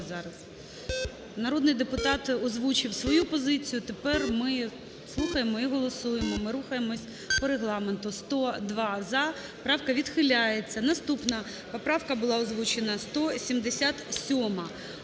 Народний депутат озвучив свою позицію, тепер ми слухаємо і голосуємо, ми рухаємось по Регламенту. 13:11:46 За-102 Правка відхиляється. Наступна поправка була озвучена 177-а,